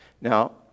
Now